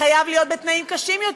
זה חייב להיות בתנאים קשים יותר.